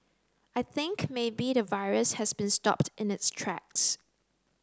I think maybe the virus has been stopped in its tracks